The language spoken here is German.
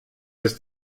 ist